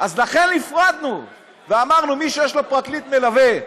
לכן הפרדנו ואמרנו: מי שיש לו פרקליט מלווה,